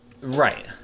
Right